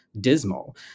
dismal